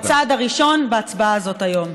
והצעד הראשון, בהצבעה הזאת היום.